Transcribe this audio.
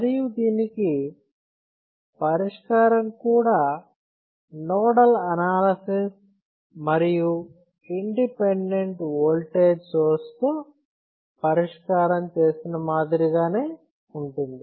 మరియు దీనికి పరిష్కారం కూడా నోడల్ అనాలిసిస్ మరియు ఇండిపెండెంట్ వోల్టేజ్ సోర్స్ తో పరిష్కారం చేసిన మాదిరిగానే ఉంటుంది